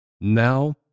Now